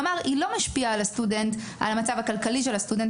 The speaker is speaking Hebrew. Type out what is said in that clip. כלומר היא לא משפיעה על המצב הכלכלי של הסטודנט